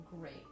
Great